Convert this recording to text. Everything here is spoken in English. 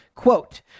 Quote